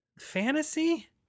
fantasy